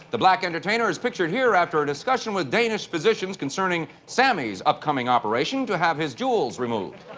the black entertainer is pictured here after a discussion with danish physicians concerning sammy's upcoming operation to have his jewels removed.